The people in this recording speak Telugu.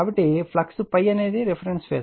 కాబట్టి ఫ్లక్స్ ∅అనేది రిఫరెన్స్ ఫేజార్